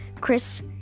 Chris